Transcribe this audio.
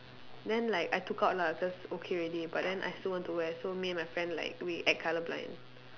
then like I took out lah cause okay already but then I still want to wear so me and my friend like we act colour blind